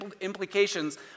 implications